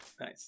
Nice